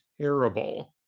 terrible